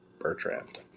Bertrand